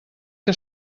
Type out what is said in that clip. que